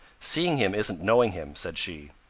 seeing him isn't knowing him, said she.